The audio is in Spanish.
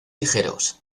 ligeros